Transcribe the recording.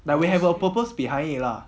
but we have our purpose behind it lah